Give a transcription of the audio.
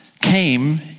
came